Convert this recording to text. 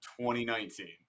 2019